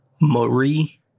Marie